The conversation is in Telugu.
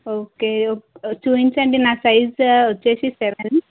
ఓకే చూపించండి నా సైజ్ వచ్చి సెవెన్